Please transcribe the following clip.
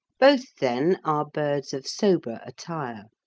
both, then, are birds of sober attire.